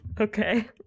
Okay